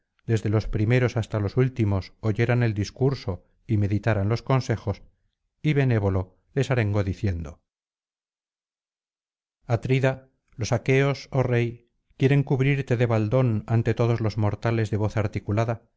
desde los primeros hasta los últimos oyeran el discurso y meditaran los consejos y benévolo les arengó diciendo atrida los aqueos oh rey quieren cubrirte de baldón ante todos los mortales de voz articulada